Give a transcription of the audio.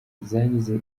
zigize